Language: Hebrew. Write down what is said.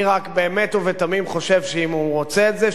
אני רק באמת ובתמים חושב שאם הוא רוצה את זה,